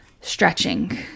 stretching